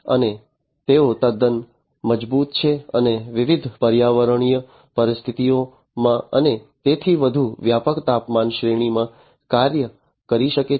અને તેઓ તદ્દન મજબૂત છે અને વિવિધ વિવિધ પર્યાવરણીય પરિસ્થિતિઓમાં અને તેથી વધુ વ્યાપક તાપમાન શ્રેણીમાં કાર્ય કરી શકે છે